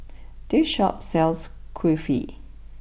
this Shop sells Kulfi